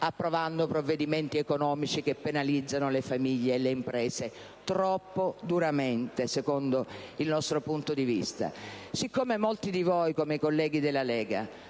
approvando provvedimenti economici che penalizzano le famiglie e le imprese (troppo duramente, secondo il nostro punto di vista), siccome molti di voi, come i colleghi della Lega,